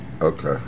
Okay